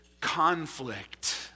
conflict